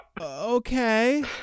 okay